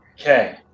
Okay